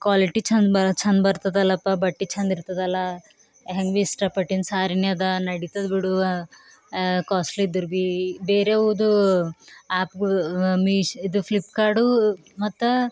quality ಚಂದ ಬರೋ ಚಂದ ಬರ್ತದಲ್ಲಪ್ಪಾ ಬಟ್ಟೆ ಚಂದ ಇರ್ತದಲ್ಲ ಹೆಂಗೆ ಭೀ ಇಷ್ಟಪಟ್ಟಿನ ಸಾರಿನೇ ಅದ ನಡಿತದೆ ಬಿಡು ಕಾಸ್ಟ್ಲಿದ್ದಿರ್ಬಿ ಬೇರೆವುದು ಆ್ಯಪ್ಗಳು ಮೀಶೋ ಇದು ಫ್ಲಿಪ್ಕಾರ್ಡು ಮತ್ತು